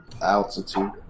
altitude